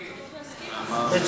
אפריל.